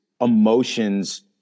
emotions